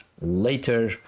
later